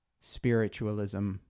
spiritualism